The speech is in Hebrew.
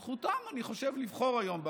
זכותם, אני חושב, לבחור היום.